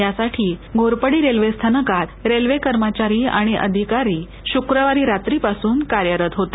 यासाठी घोरपडी रेल्वे स्थानकात रेल्वे कर्मचारी आणि अधिकारी शुक्रवारी रात्रीपासून कार्यरत होते